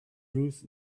ruth